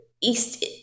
east